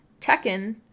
Tekken